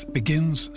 begins